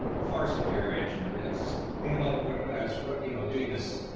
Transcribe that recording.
far superior engine. i mean i was just thinking about when i was you know doing this,